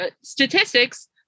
statistics